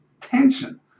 tension